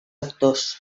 actors